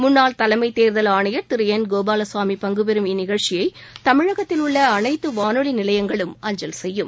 முன்ளாள் தலைமைத் தேர்தல் ஆணையர் திரு என் கோபாலசாமி பங்குபெறும் இந்நிகழ்ச்சியை தமிழகத்தில் உள்ள அனைத்து வானொலி நிலையங்களும் அஞ்சல் செய்யும்